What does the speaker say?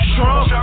Trump